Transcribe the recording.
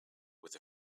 with